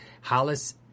Hollis